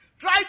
Try